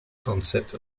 concept